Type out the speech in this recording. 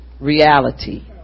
Reality